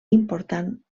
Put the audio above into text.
important